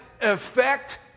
effect